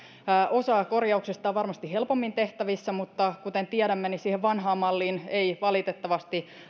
osa korjauksista on varmasti helpommin tehtävissä mutta kuten tiedämme siihen vanhaan malliin ei valitettavasti